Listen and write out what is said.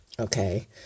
Okay